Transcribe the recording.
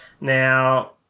Now